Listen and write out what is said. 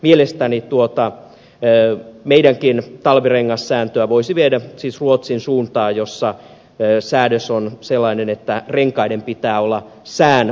mielestäni tuota meidänkin talvirengassääntöä voisi viedä siis ruotsin suuntaan jossa säädös on sellainen että renkaiden pitää olla sään vaatimat